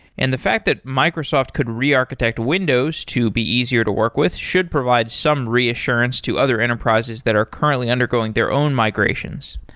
and the fact that microsoft could re-architect windows to be easier to work with, should provide some reassurance to other enterprises that are currently undergoing their own migrations.